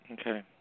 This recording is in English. Okay